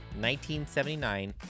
1979